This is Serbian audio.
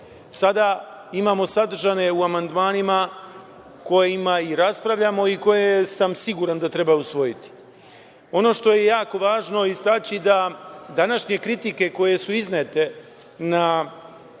sada imamo sadržane u amandmanima o kojima i raspravljamo i koje sam siguran da treba usvojiti. Ono što je jako važno istaći da današnje kritike koje su iznete, čak